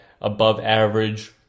above-average